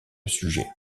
sujet